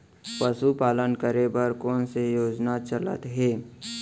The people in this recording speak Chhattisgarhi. पशुपालन करे बर कोन से योजना चलत हे?